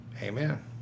Amen